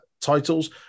titles